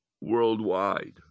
worldwide